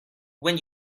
when